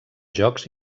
jocs